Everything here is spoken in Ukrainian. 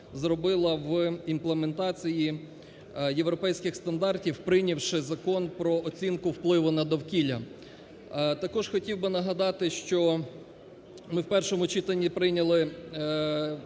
зробила в імплементації європейських стандартів, прийнявши Закон про оцінку впливу на довкілля. Також хотів би нагадати, що ми в першому читанні прийняли